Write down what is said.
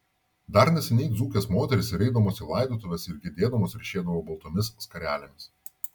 dar neseniai dzūkės moterys ir eidamos į laidotuves ir gedėdamos ryšėdavo baltomis skarelėmis